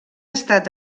estat